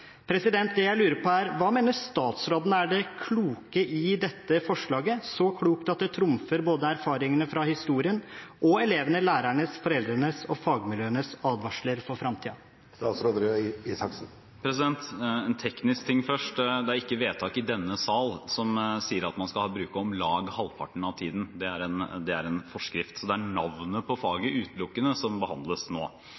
er. Det jeg lurer på, er: Hva mener statsråden er det kloke i dette forslaget – så klokt at det trumfer både erfaringene fra historien og elevenes, lærernes, foreldrenes og fagmiljøenes advarsler for framtiden? En teknisk ting først: Det er ikke vedtak i denne sal som sier at man skal bruke om lag halvparten av tiden – det er en forskrift. Så det er utelukkende navnet på faget som behandles nå.